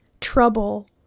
trouble